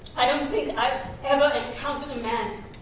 i don't think i've ever encountered a man